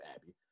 Abby